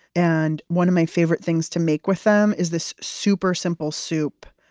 and one of my favorite things to make with them is this super simple soup.